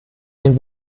den